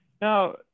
Now